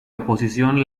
oposición